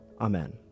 Amen